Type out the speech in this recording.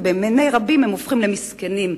ובעיני רבים הם הופכים למסכנים,